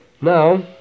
now